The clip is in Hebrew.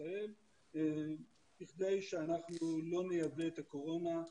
ישראל בכדי שאנחנו לא נייבא את הקורונה.